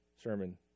sermon